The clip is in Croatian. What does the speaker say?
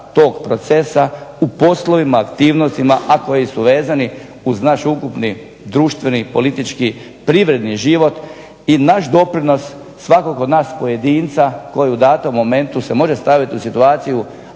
tog procesa u poslovima, aktivnostima a koji su vezani uz naš ukupni društveni, politički, privredni život, i naš doprinos svakog od nas pojedinca koji u datom momentu se može staviti u situaciju